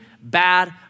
bad